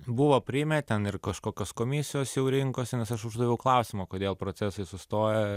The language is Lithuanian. buvo priėmė ten ir kažkokios komisijos jau rinkosi nes aš uždaviau klausimą kodėl procesai sustojo